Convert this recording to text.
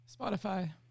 Spotify